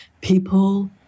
people